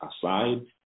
aside